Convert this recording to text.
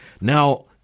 now